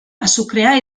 azukrea